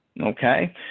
okay